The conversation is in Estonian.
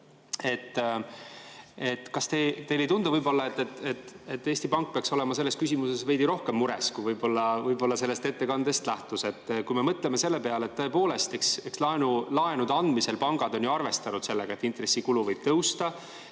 Kas teile ei tundu, et Eesti Pank peaks olema selles küsimuses veidi rohkem mures, kui võib-olla sellest ettekandest nähtus? Tõepoolest, eks laenude andmisel pangad on ju arvestanud sellega, et intressikulu võib tõusta,